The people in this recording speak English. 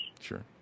Sure